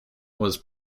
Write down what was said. was